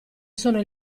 sono